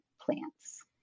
plants